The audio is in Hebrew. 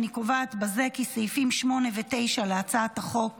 אני קובעת בזה כי סעיפים 8 ו-9 להצעת החוק,